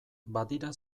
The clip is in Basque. badira